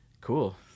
cool